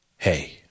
Hey